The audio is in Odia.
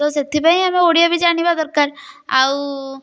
ତ ସେଥି ପାଇଁ ଆମେ ଓଡ଼ିଆ ବି ଜାଣିବା ଦରକାର ଆଉ